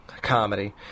comedy